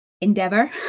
endeavor